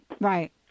Right